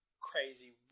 crazy